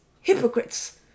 hypocrites